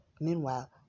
Meanwhile